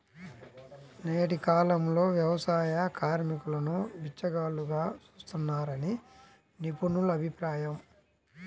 నేటి కాలంలో వ్యవసాయ కార్మికులను బిచ్చగాళ్లుగా చూస్తున్నారని నిపుణుల అభిప్రాయం